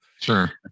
Sure